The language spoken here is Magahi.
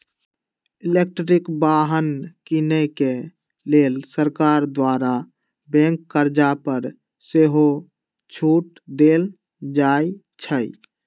इलेक्ट्रिक वाहन किने के लेल सरकार द्वारा बैंक कर्जा पर सेहो छूट देल जाइ छइ